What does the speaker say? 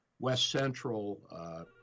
west-central